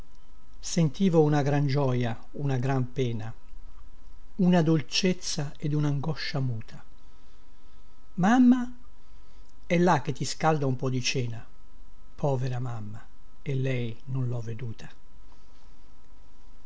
sentivo una gran gioia una gran pena una dolcezza ed unangoscia muta mamma è là che ti scalda un po di cena povera mamma e lei non lho veduta